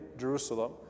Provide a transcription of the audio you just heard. Jerusalem